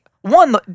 one